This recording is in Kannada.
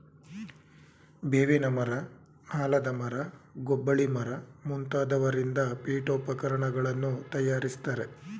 ಬೇವಿನ ಮರ, ಆಲದ ಮರ, ಗೊಬ್ಬಳಿ ಮರ ಮುಂತಾದವರಿಂದ ಪೀಠೋಪಕರಣಗಳನ್ನು ತಯಾರಿಸ್ತರೆ